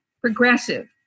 progressive